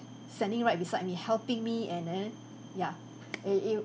standing right beside me helping me and then yeah eh it